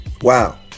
Wow